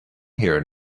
here